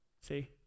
See